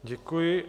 Děkuji.